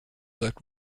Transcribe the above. that